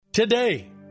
Today